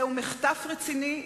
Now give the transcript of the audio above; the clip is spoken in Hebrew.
זהו מחטף רציני,